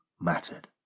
mattered